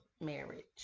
marriage